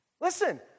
Listen